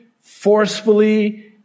forcefully